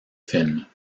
films